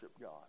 God